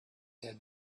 had